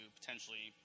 potentially